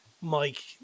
Mike